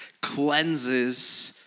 cleanses